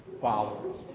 followers